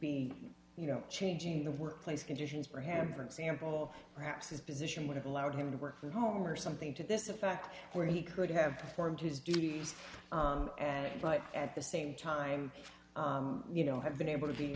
be you know changing the workplace conditions for him for example perhaps his position would have allowed him to work from home or something to this effect where he could have performed his due and at the same time you know have been able to